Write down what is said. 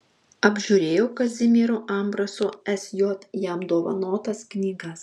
apžiūrėjo kazimiero ambraso sj jam dovanotas knygas